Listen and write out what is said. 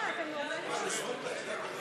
לסעיף תקציבי 23,